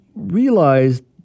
Realized